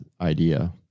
idea